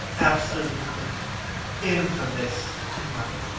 absolutely infamous! he muttered.